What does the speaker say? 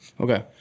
Okay